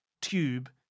tube